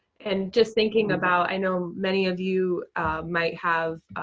and just thinking about, i know many of you might have